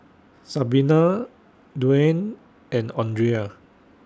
Sabina Duane and Andrea